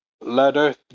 Letter